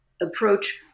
approach